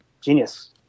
Genius